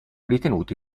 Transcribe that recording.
ritenuti